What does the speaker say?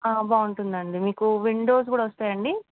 బాగుంటుంది అండి మీకు విండోస్ కూడా వస్తాయండి